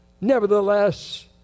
Nevertheless